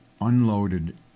unloaded